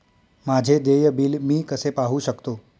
माझे देय बिल मी कसे पाहू शकतो?